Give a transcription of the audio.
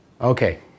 Okay